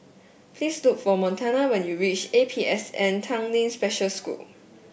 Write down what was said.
please look for Montana when you reach A P S N Tanglin Special School